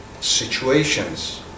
situations